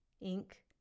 Ink